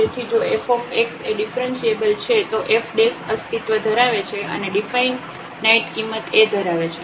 તેથી જો f એ ડિફ્રન્સિએબલ છે તો f અસ્તિત્વ ધરાવે છે અને ડીફાઈનાઈટ કિંમત A ધરાવે છે